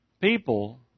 people